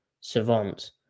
savant